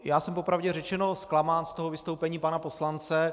Já jsem, po pravdě řečeno, zklamán z toho vystoupení pana poslance.